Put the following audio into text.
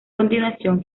continuación